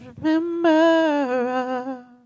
remember